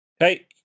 Okay